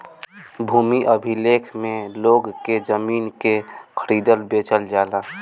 भूमि अभिलेख में लोग के जमीन के खरीदल बेचल जाला